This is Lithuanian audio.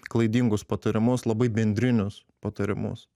klaidingus patarimus labai bendrinius patarimus